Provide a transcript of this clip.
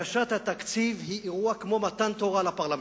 הגשת תקציב היא אירוע כמו מתן תורה לפרלמנט,